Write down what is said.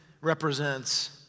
represents